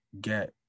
get